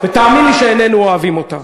ותאמין לי שאיננו אוהבים אותה.